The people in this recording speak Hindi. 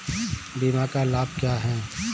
बीमा के लाभ क्या हैं?